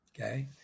okay